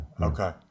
Okay